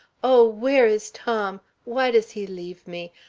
oh, where is tom? why does he leave me?